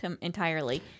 entirely